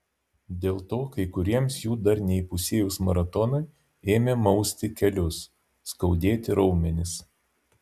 dėl to kai kuriems jų dar neįpusėjus maratonui ėmė mausti kelius skaudėti raumenis